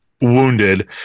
wounded